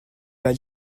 pas